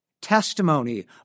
Testimony